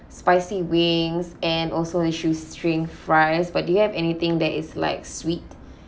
spicy wings and also the shoestring fries but do you have anything that is like sweet